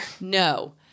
No